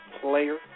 player